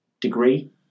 degree